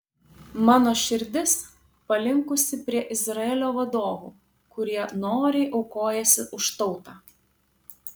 mano širdis palinkusi prie izraelio vadovų kurie noriai aukojasi už tautą